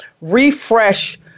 refresh